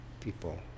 people